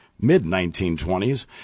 mid-1920s